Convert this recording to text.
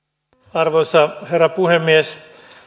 arvoisa herra puhemies